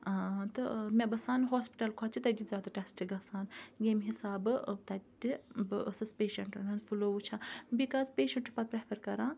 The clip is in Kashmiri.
تہٕ مےٚ باسان ہوسپِٹَل کھۄتہٕ چھِ تَتہِ زیادٕ ٹیٚسٹ گَژھان ییٚمہ حِسابہٕ تَتہِ بہٕ ٲسِس پیشَنٹَن ہُنٛد فلو وٕچھان بِکاز پیشَنٛٹ چھُ پَتہِ پرٮ۪فَر کَران